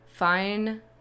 Fine